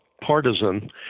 partisan